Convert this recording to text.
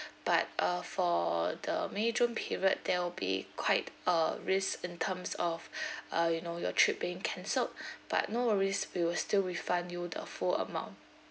but uh for the may june period there will be quite uh risk in terms of uh you know your trip being cancelled but no worries we will still refund you the full amount